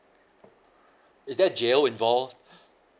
is there jail involve